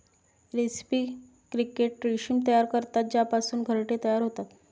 रेस्पी क्रिकेट रेशीम तयार करतात ज्यापासून घरटे तयार होतात